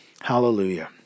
Hallelujah